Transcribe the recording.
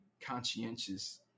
conscientious